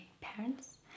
parents